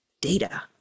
Data